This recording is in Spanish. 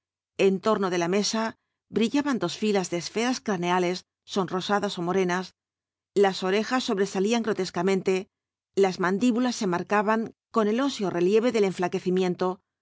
en torno de la mesa brillaban dos filas de esferas craneales sonrosadas ó morenas las orejas sobresalían grotescamente las mandíbulas se marcaban con el óseo relieve del